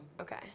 Okay